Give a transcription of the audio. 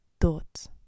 Thoughts